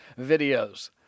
videos